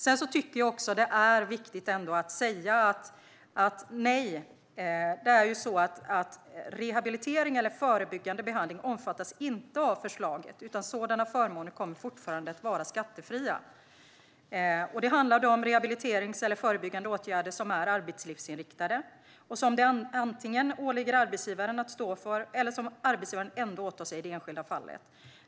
Sedan tycker jag också att det är viktigt att säga att rehabilitering och förebyggande behandling inte omfattas av förslaget. Sådana förmåner kommer fortfarande att vara skattefria. Det handlar då om rehabiliteringsåtgärder och förebyggande åtgärder som är arbetslivsinriktade och som det antingen åligger arbetsgivaren att stå för eller som arbetsgivaren ändå åtar sig i det enskilda fallet.